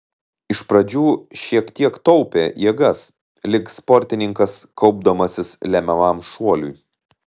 iš pradžių šiek tiek taupė jėgas lyg sportininkas kaupdamasis lemiamam šuoliui